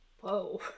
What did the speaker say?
Whoa